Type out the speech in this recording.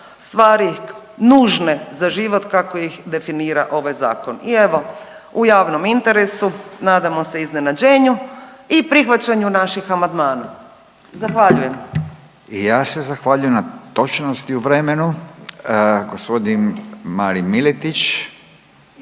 stvari nužne za život kako ih definira ovaj zakon. I evo, u javnom interesu nadamo se iznenađenju i prihvaćanju naših amandmana, zahvaljujem. **Radin, Furio (Nezavisni)** I ja se zahvaljujem na točnosti u vremenu. Gospodin Marin Miletić,